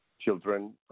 children